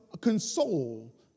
console